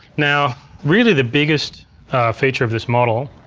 now, really the biggest feature of this model.